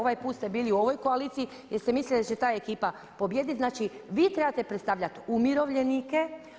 Ovaj put ste bili u ovoj koaliciji jel ste mislili da će ta ekipa pobijediti, znači vi trebate predstavljati umirovljenike.